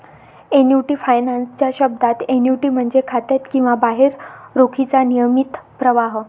annuity finance च्या शब्दात, annuity म्हणजे खात्यात किंवा बाहेर रोखीचा नियमित प्रवाह